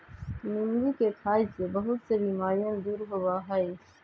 नींबू के खाई से बहुत से बीमारियन दूर होबा हई